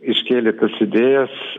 iškėlė tas idėjas